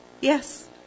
Yes